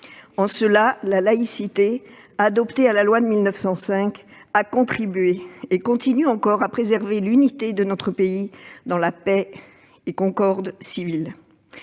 En cela, la laïcité, adossée à la loi de 1905, a contribué et continue encore à préserver l'unité de notre pays dans la paix et la concorde civile.